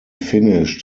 finished